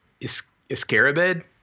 Iscarabed